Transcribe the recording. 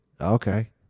okay